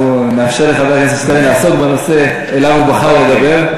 אנחנו נאפשר לחבר הכנסת שטרן לעסוק בנושא שעליו הוא בחר לדבר.